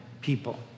people